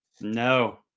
No